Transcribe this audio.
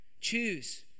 choose